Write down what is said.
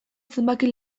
zenbaki